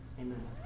amen